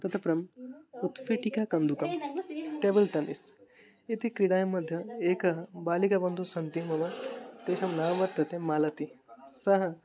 ततः परम् उत्पीठिका कन्दुकं टेबल् टेन्निस् इति क्रीडायां मध्ये एका बालिका बन्धुः सन्ति मम तेषां नाम वर्तते मालति सा